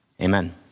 Amen